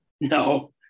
No